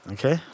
Okay